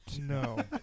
No